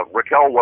Raquel